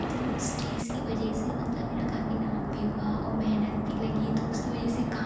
तो उस चीज़ की वजह से मतलब मेरा काफ़ी नाम भी हुआ और मेहनत भी लगी तो उसकी वजह से का